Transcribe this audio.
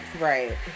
right